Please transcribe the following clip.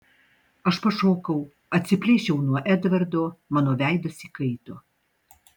aš pašokau atsiplėšiau nuo edvardo mano veidas įkaito